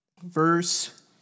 Verse